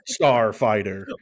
Starfighter